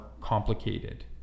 complicated